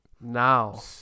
now